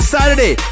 Saturday